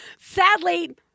sadly